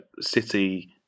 City